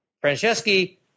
franceschi